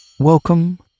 Welcome